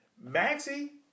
Maxie